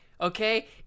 Okay